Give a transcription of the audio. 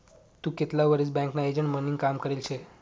तू कितला वरीस बँकना एजंट म्हनीन काम करेल शे?